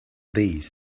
these